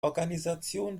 organisation